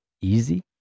easy